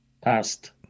past